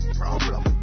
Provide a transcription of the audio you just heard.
problem